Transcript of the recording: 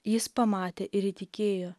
jis pamatė ir įtikėjo